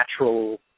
natural